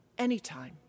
anytime